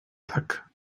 tak